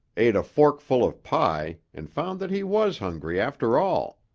ate a fork full of pie and found that he was hungry after all.